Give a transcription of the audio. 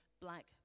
black